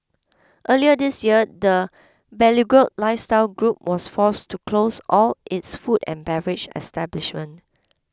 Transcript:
earlier this year the beleaguered lifestyle group was forced to close all its food and beverage establishment